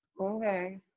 Okay